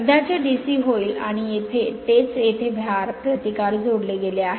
सध्याचे DC होईल आणि तेच येथे भार प्रतिकार जोडले गेले आहे